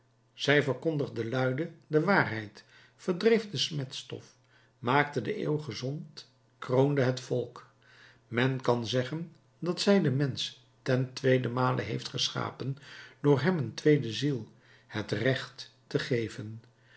zij verkondigde luide de waarheid verdreef de smetstof maakte de eeuw gezond kroonde het volk men kan zeggen dat zij den mensch ten tweeden male heeft geschapen door hem een tweede ziel het recht te geven